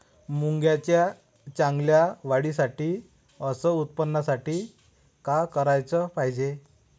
मुंगाच्या चांगल्या वाढीसाठी अस उत्पन्नासाठी का कराच पायजे?